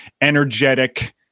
energetic